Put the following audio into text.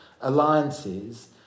alliances